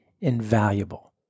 invaluable